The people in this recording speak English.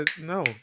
no